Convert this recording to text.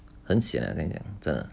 很 sian 我跟你讲真的